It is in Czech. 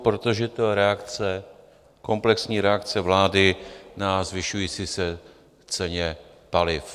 Protože to je komplexní reakce vlády na zvyšující se ceny paliv.